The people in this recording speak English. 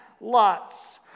lots